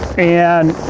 and